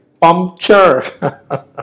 puncture